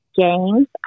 games